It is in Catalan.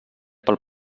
pel